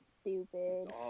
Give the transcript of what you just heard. stupid